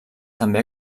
també